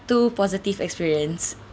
two positive experience